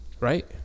right